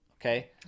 okay